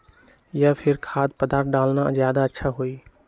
या फिर खाद्य पदार्थ डालना ज्यादा अच्छा होई?